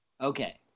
Okay